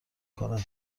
کند